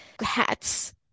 hats